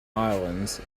islands